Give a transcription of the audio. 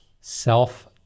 self